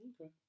Okay